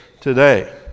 today